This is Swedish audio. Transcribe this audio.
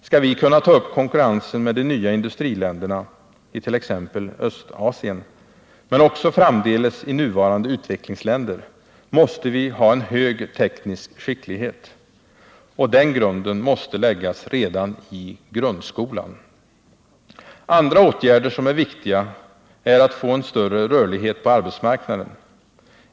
Skall vi kunna ta upp konkurrensen med de nya industriländerna i t.ex. Östasien — men också framdeles i nuvarande utvecklingsländer — måste vi ha en hög teknisk skicklighet. Den grunden måste läggas redan i grundskolan! Andra åtgärder som är viktiga är att få en större rörlighet på arbetsmarknaden.